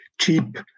cheap